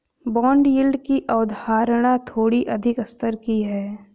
bond yield की अवधारणा थोड़ी अधिक स्तर की है